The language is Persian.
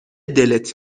دلت